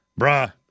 bruh